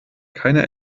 keine